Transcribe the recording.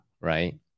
right